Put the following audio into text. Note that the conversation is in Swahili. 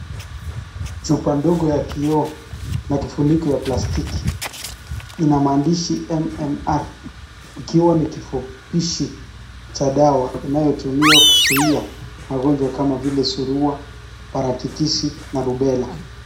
Chupa ndogo ya kioo na kifuniko ya plastiki. Ina maandishi MMR ikiwa ni kifupishi cha dawa inayotumiwa kuzuia magonjwa kama vile surua, paratitisi na rubela.